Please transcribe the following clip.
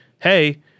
hey